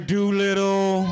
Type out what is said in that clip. Doolittle